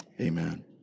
amen